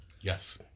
Yes